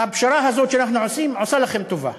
הפשרה הזאת, שאנחנו עושים, עושה לכם טובה.